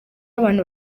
abantu